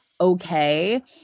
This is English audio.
okay